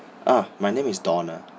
ah my name is donald